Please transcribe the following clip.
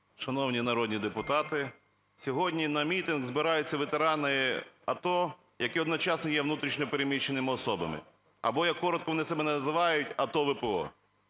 Шановні народні депутати! Сьогодні на мітинг збираються ветерани АТО, які одночасно є внутрішньо переміщеними особами або, як коротко вони себе називають, АТО-ВПО.